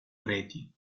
preti